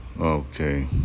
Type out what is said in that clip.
Okay